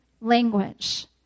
language